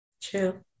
True